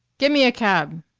get me a cab,